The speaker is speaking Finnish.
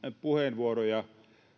puheenvuoroja